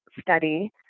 study